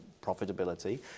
profitability